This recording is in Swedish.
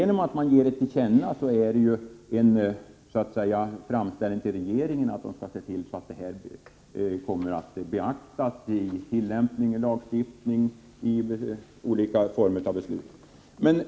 När man ger det till känna blir det så att säga en framställning till regeringen om att den skall se till, att detta kommer att beaktas i tillämpning, i lagstiftning och i olika former av beslut.